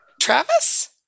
Travis